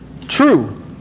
true